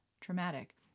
traumatic